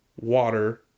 water